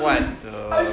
what the